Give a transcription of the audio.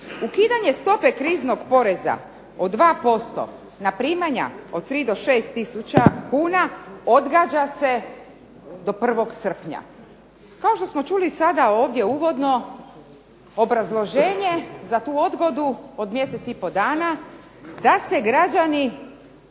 Ukidanje stope kriznog poreza od 2% na primanja od 3 do 6 tisuća kuna odgađa se do 1. srpnja. Kao što smo čuli sada ovdje uvodno obrazloženje za tu odgodu od mjesec i pol dana da se građani